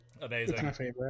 Amazing